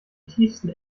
tiefsten